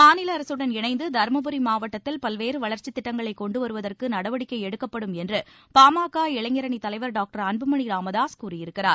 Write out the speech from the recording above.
மாநில அரசுடன் இணைந்து தருமபுரி மாவட்டத்தில் பல்வேறு வளர்ச்சித் திட்டங்களை கொண்டு வருவதற்கு நடவடிக்கை எடுக்கப்படும் என்று பா ம க இளைஞர் அணித் தலைவர் டாக்டர் அன்புமணி ராமதாஸ் கூறியிருக்கிறார்